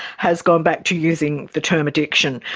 has gone back to using the term addiction.